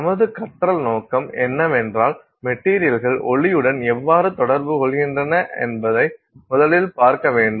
நமது கற்றல் நோக்கம் என்னவென்றால் மெட்டீரியல்கள் ஒளியுடன் எவ்வாறு தொடர்பு கொள்கின்றன என்பதை முதலில் பார்க்க வேண்டும்